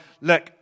look